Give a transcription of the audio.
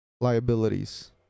liabilities